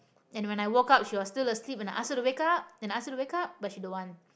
and when I woke up she was still asleep and I ask her to wake up and ask her to wake up but she don't want